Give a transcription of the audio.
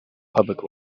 public